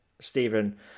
Stephen